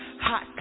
hot